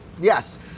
Yes